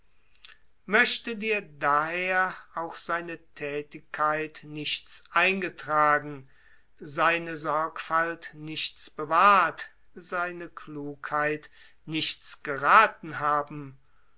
möchte dir daher auch seine thätigkeit nichts eingetragen seine sorgfalt nichts bewahrt seine klugheit nichts gerathen haben